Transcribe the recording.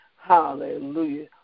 Hallelujah